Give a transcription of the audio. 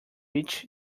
each